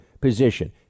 position